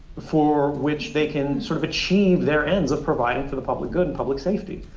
for which they can sort of achieve their ends of providing for the public good and public safety.